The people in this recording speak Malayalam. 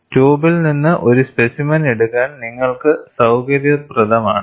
ട്യൂബിൽ നിന്ന് ഒരു സ്പെസിമെൻ എടുക്കാൻ നിങ്ങൾക്ക് സൌകര്യപ്രദമാണ്